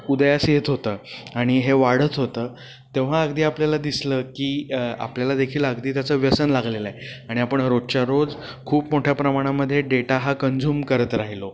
उदयास येत होतं आणि हे वाढत होतं तेव्हा अगदी आपल्याला दिसलं की आपल्याला देखील अगदी त्याचं व्यसन लागलेलं आहे आणि आपण रोजच्या रोज खूप मोठ्या प्रमाणामध्ये डेटा हा कन्झ्यूम करत राहिलो